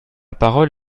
parole